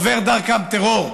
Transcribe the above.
עובר דרכם טרור,